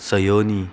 Sayoni